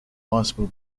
possible